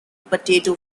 potato